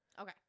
okay